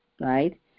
right